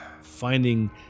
finding